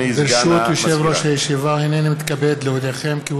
41 בעד, 32 מתנגדים, אפס נמנעים.